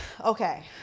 Okay